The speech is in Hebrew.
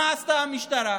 מה עשתה המשטרה?